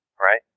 Right